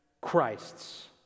Christ's